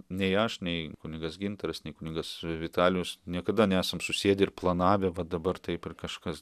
nei aš nei kunigas gintaras nei kunigas vitalijus niekada nesam susėdę ir planavę va dabar taip ir kažkas